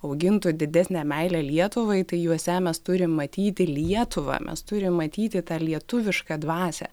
augintų didesnę meilę lietuvai tai juose mes turim matyti lietuvą mes turim matyti tą lietuvišką dvasią